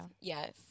Yes